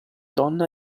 donna